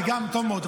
טוב מאוד.